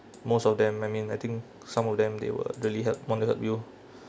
most of them I mean I think some of them they were really help want to help you